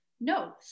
No